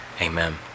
amen